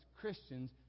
Christians